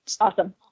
Awesome